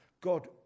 God